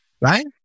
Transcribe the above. right